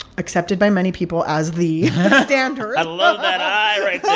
accepted by many people as the standard. i love that eye right